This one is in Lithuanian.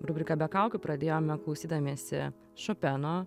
rubriką be kaukių pradėjome klausydamiesi šopeno